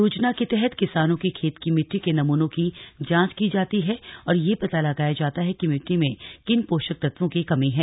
योजना के तहत किसानों की खेत की मिट्टी के नमूनों की जांच की जाती है और यह पता लगाया जाता है कि मिट्टी में किन पोषक तत्वों की कमी है